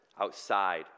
outside